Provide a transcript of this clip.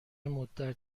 مدت